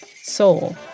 Soul